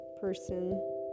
person